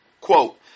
quote